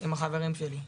עם החברים שלי.